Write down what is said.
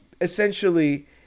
essentially